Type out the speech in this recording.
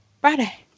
Friday